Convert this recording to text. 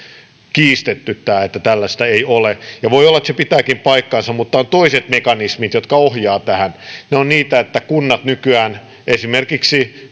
kiistetty tämä että tällaista ei ole ja voi olla että se pitää paikkansakin mutta on toiset mekanismit jotka ohjaavat tähän ne ovat niitä että nykyään kunnat esimerkiksi